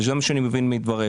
וזה מה שאני מבין מדבריך,